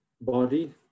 body